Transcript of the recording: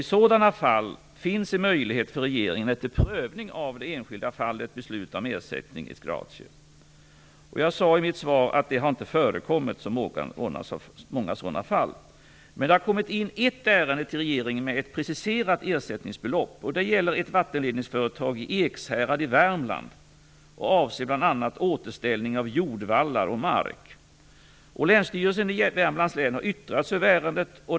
I sådana fall finns en möjlighet för regeringen att efter prövning av det enskilda fallet besluta om ersättning ex gratie. Jag sade i mitt svar att det inte har förekommit så många sådana fall. Det har kommit in ett ärende till regeringen med ett preciserat ersättningsbelopp. Det gäller ett vattenledningsföretag i Ekshärad i Värmland och avser bl.a. återställning av jordvallar och mark. Länsstyrelsen i Värmlands län har yttrat sig över ärendet.